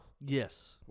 Yes